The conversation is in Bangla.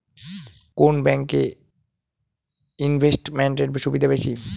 কোন ব্যাংক এ ইনভেস্টমেন্ট এর সুবিধা বেশি?